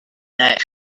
that